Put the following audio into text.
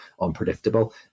unpredictable